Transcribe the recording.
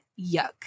yuck